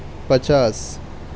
پچاس